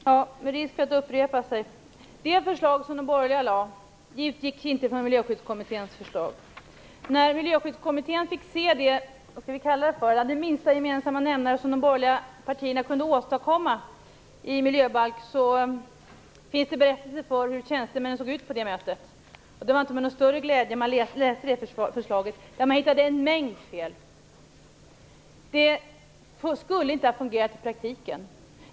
Herr talman! Med risk för att jag upprepar mig: Det förslag som de borgerliga lade fram utgick inte från Miljöskyddskommitténs förslag. Det finns berättelser om hur tjänstemännen såg ut på det möte när Miljöskyddskommittén fick se den minsta gemensamma nämnare i en miljöbalk som de borgerliga partierna kunde åstadkomma. Det var inte med någon större glädje de läste förslaget. De hittade också en mängd fel. Den här miljöbalken skulle inte ha fungerat i praktiken.